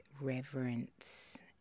reverence